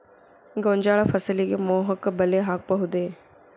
ಗೋಂಜಾಳ ಫಸಲಿಗೆ ಮೋಹಕ ಬಲೆ ಹಾಕಬಹುದೇ?